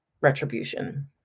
retribution